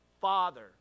father